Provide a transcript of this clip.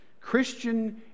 Christian